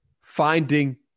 finding